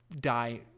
die